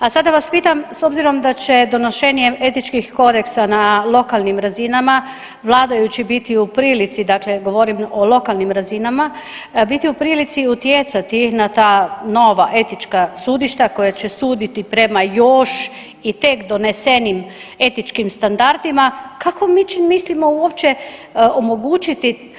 A sada vas pitam, s obzirom da će donošenjem etičkih kodeksa na lokalnim razinama, vladajući biti u prilici, dakle govorim o lokalnim razinama, biti u prilici utjecati na ta nova etička sudišta koja će suditi prema još i tek donesenim etičkim standardima kako mislimo uopće omogućiti